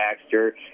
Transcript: Baxter